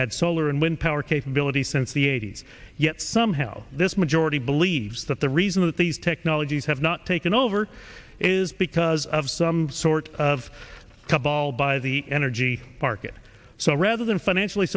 had solar and wind power capability since the eighty's yet somehow this majority believes that the reason that these technologies have not taken over is because of some sort of couple by the energy market so rather than financially